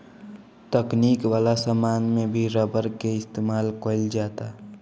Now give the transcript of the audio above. तकनीक वाला समान में भी रबर के इस्तमाल कईल जाता